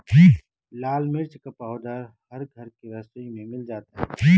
लाल मिर्च का पाउडर हर घर के रसोई में मिल जाता है